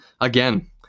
Again